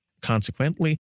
Consequently